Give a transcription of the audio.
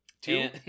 Two